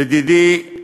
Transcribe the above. לדידי,